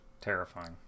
terrifying